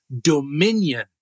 dominion